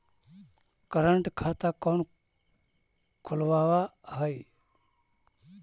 current खाता कौन खुलवावा हई